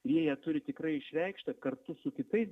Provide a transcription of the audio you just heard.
jei jie turi tikrai išreikštą kartu su kitais